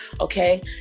Okay